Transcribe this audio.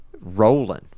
rolling